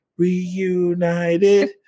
reunited